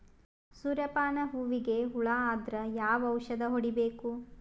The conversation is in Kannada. ಸೂರ್ಯ ಪಾನ ಹೂವಿಗೆ ಹುಳ ಆದ್ರ ಯಾವ ಔಷದ ಹೊಡಿಬೇಕು?